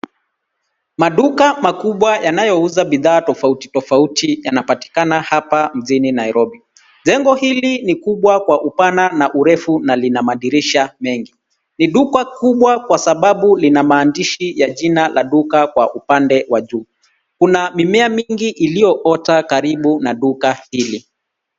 Maduka makubwa yanayuoza bidhaa tofauti tofauti yanapatikana hapa mjini Nairobi. Jengo hili ni kubwa kwa upana na urefu na lina madirisha mengi. Ni duka kubwa kwa sababu lina maandishi ya jina la duka kwa upande wa juu. Kuna mimea mingi iliyoota karibu na duka hili.